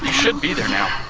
should be there now,